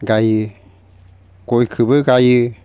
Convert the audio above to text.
गायो गयखौबो गायो